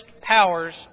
powers